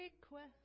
request